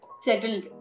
Settled